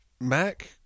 Mac